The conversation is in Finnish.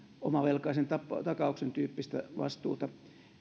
omavelkaisen takauksen tyyppistä vastuuta